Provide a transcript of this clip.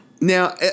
Now